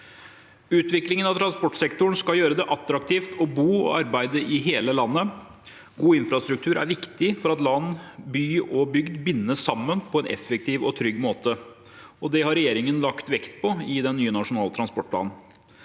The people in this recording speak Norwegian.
Utviklingen av transportsektoren skal gjøre det attraktivt å bo og arbeide i hele landet. God infrastruktur er viktig for at landet, by og bygd, bindes sammen på en effektiv og trygg måte. Det har regjeringen lagt vekt på i den nye nasjonale transportplanen.